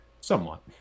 somewhat